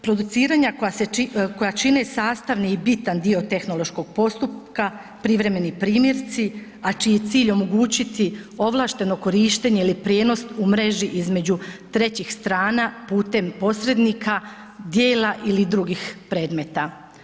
Produciranja koja čine sastavni i bitan dio tehnološkog postupka privremeni primjerci, a čiji cilj omogućiti ovlašteno korištenje ili prijenos u mreži između trećih strana putem posrednika, dijela ili drugih predmeta.